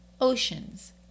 oceans